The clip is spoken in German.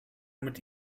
mit